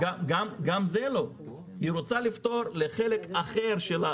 המדינה רוצה לפתור לחלק אחר,